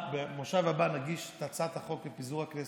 במושב הבא נגיש את הצעת החוק לפיזור הכנסת,